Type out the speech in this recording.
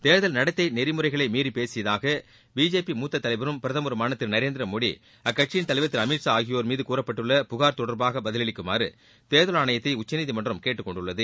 தேர்தல் நடத்தை நெறிமுறைகளை மீறி பேசியதாக பிஜேபி மூத்த தலைவரும் பிரதமருமான திரு நரேந்திர மோடி அக்கட்சியின் தலைவர் திரு அமீத் ஷா ஆகியோர் மீது கூறப்பட்டுள்ள புகார் தொடர்பாக பதிலளிக்குமாறு தேர்தல் ஆணையத்தை உச்சநீதிமன்றம் கேட்டுக்கொண்டுள்ளது